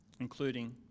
including